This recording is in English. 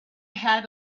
had